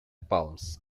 palms